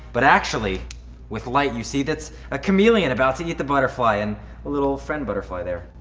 but actually with light, you see that's a chameleon about to eat the butterfly and a little friend butterfly there.